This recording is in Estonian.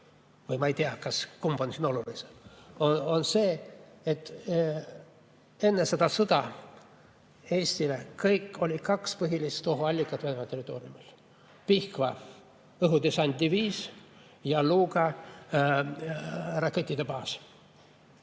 või ma ei tea, kumb on siin olulisem –, on see, et enne seda sõda Eestil oli kaks põhilist ohuallikat Vene territooriumil: Pihkva õhudessantdiviis ja Luga raketibaas.